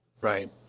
Right